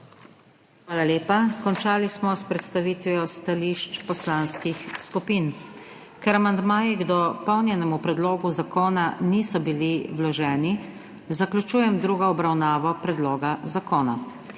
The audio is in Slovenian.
Hvala lepa. Končali smo s predstavitvijo stališč poslanskih skupin. Ker amandmaji k dopolnjenemu predlogu zakona niso bili vloženi, zaključujem drugo obravnavo predloga zakona.